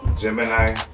Gemini